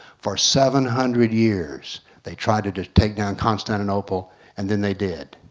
for seven hundred years they tried to to take down constantinople and then they did.